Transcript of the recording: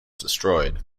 destroyed